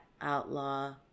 Outlaw